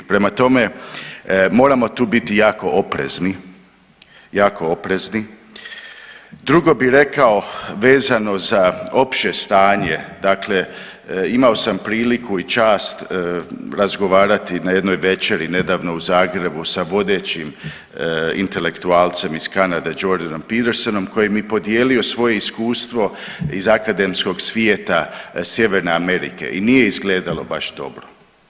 Prema tome, moramo tu biti jako oprezni, jako oprezni, drugo bih rekao, vezao za opće stanje dakle imao sam priliku i čast razgovarati na jednoj večeri nedavno u Zagrebu sa vodećim intelektualcem iz Kanade Jordanom Petersonom koji mi je podijelio svoje iskustvo iz akademskog svijeta Sjeverne Amerike i nije izgledalo baš dobro.